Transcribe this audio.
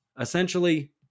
Essentially